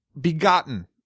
Begotten